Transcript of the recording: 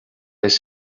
les